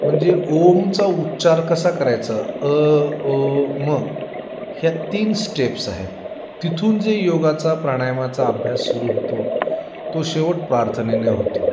म्हणजे ओमचा उच्चार कसा करायचा अ अ म ह्या तीन स्टेप्स आहेत तिथून जे योगाचा प्राणायामाचा अभ्यास सुरू होतो तो शेवट प्रार्थनेने होतो